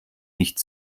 nicht